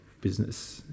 business